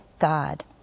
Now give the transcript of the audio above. God